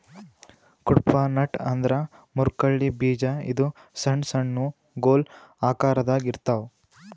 Cuddapah nut ಅಂದ್ರ ಮುರ್ಕಳ್ಳಿ ಬೀಜ ಇದು ಸಣ್ಣ್ ಸಣ್ಣು ಗೊಲ್ ಆಕರದಾಗ್ ಇರ್ತವ್